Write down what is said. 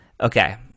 Okay